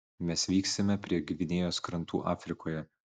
mes vyksime prie gvinėjos krantų afrikoje